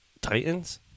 Titans